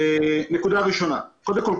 דבר ראשון קודם כול,